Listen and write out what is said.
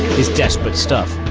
is desperate stuff.